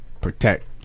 Protect